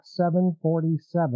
747